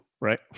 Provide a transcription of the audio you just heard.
Right